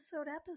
episode